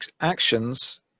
actions